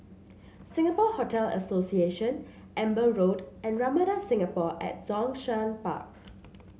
Singapore Hotel Association Amber Road and Ramada Singapore at Zhongshan Park